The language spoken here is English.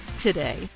today